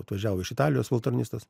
atvažiavo iš italijos valtornistas